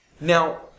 Now